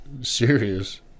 serious